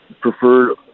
preferred